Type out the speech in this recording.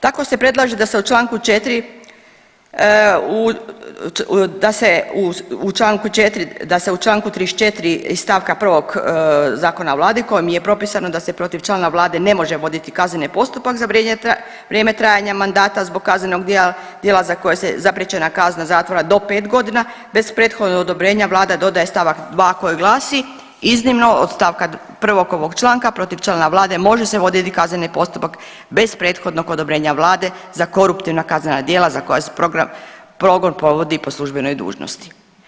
Tako se predlaže da se u Članku 4., da se u Članku 4., da se u Članku 34. stavka 1. Zakona o vladi kojim je propisano da se protiv članova vlade ne može voditi kazneno postupak za vrijeme trajanja mandata zbog kaznenog dijela za koje se zapriječena kazna zatvora do 5 godina bez prethodnog odobrenja, vlada dodaje stavak 2. koji glasi, iznimno od stavka 1. ovog članka protiv člana vlade može se voditi kazneni postupak bez prethodnog odobrenja vlade za koruptivna kaznena djela za koja se progon provodi po službenoj dužnosti.